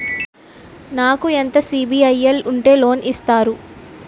నాకు ఎంత సిబిఐఎల్ ఉంటే లోన్ ఇస్తారు?